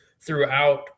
throughout